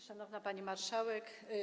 Szanowna Pani Marszałek!